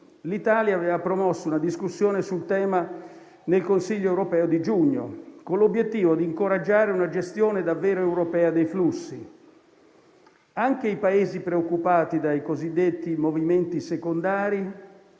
l'Italia aveva promosso una discussione sul tema nel Consiglio europeo di giugno, con l'obiettivo di incoraggiare una gestione davvero europea dei flussi. Anche i Paesi preoccupati dai cosiddetti movimenti secondari